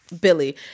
Billy